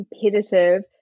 competitive